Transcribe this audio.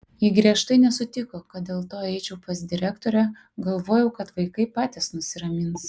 ji griežtai nesutiko kad dėl to eičiau pas direktorę galvojau kad vaikai patys nusiramins